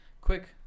Quick